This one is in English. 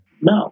No